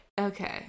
Okay